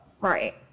Right